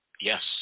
Yes